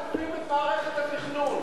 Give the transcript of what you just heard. את מערכת התכנון.